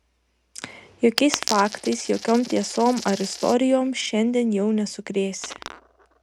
jokiais faktais jokiom tiesom ar istorijom šiandien jau nesukrėsi